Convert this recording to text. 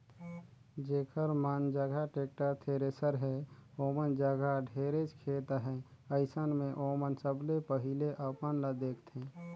जेखर मन जघा टेक्टर, थेरेसर हे ओमन जघा ढेरेच खेत अहे, अइसन मे ओमन सबले पहिले अपन ल देखथें